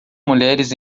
mulheres